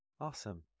Awesome